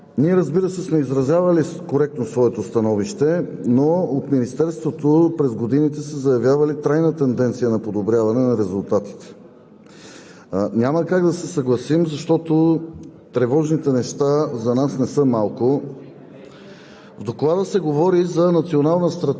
реалната ситуация, доста работа са свършили, но всъщност вижте какво показва реалната ситуация! Ние, разбира се, сме изразявали коректно своето становище, но от Министерството през годините са заявявали трайна тенденция на подобряване на резултатите.